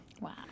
Wow